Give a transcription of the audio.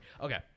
Okay